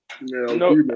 No